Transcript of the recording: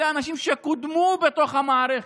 אלה אנשים שקודמו בתוך המערכת.